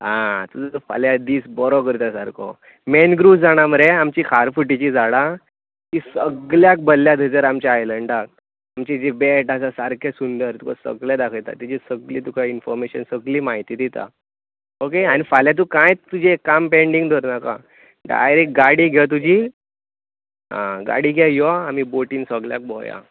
आं तुजो फाल्यां दीस बरो करता सारको मॅनग्रुव्ज जाणा मरे आमची खाड फुटिचीं झाडां तीं सगळ्याक भरल्या थंयसर आमचे आयलंडाक तुमची जीं बेट आसा सामकें सुंदर तुका सगळें दखयता तेची सगळी तुका इनफोर्मेशन सगळी म्हायती दिता ओके आनी फाल्यां तूं कांयच तुजें काम पॅनडींग दवरनाका डायरॅक्ट गाडी घे तुजी आं गाडी घे यो आमी बोटीन सगळ्याक भोवया